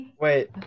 Wait